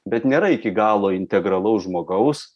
bet nėra iki galo integralaus žmogaus